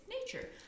nature